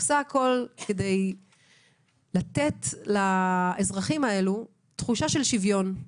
עושה הכול כדי לתת לאזרחים האלה תחושה של שוויון,